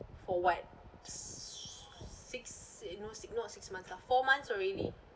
for what six you know six not six months ah four months already